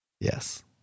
Yes